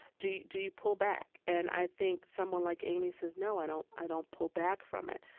do, do you pull back? and i think someone like aimee says, no, i don't i don't pull back from it.